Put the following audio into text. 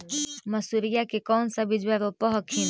मसुरिया के कौन सा बिजबा रोप हखिन?